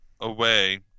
away